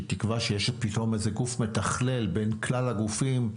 תקווה שיש פתאום איזה גוף מתכלל בין כלל הגופים,